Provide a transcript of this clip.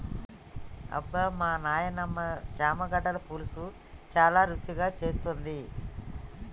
అబ్బమా నాయినమ్మ చామగడ్డల పులుసు చాలా రుచిగా చేస్తుంది